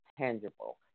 tangible